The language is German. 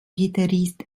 gitarrist